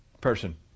person